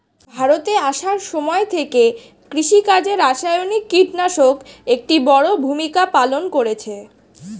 ভারতে আসার সময় থেকে কৃষিকাজে রাসায়নিক কিটনাশক একটি বড়ো ভূমিকা পালন করেছে